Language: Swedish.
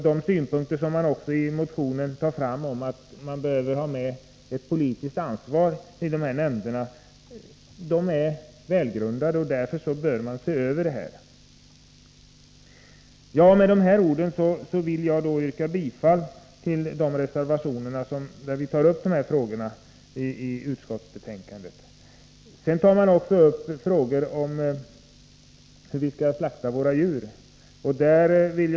Den synpunkt som förs fram i vår motion om att det är angeläget att stärka det politiska ansvaret i dessa nämnder är välgrundad. Därför bör den här frågan ses över. Med dessa ord vill jag yrka bifall till de reservationer i utskottsbetänkandet där vi tar upp dessa frågor. I utskottsbetänkandet tar man också upp frågan om hur slakt av djur skall gå till.